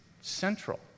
central